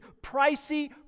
pricey